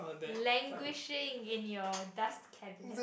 languishing in your dust cabinet